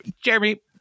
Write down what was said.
Jeremy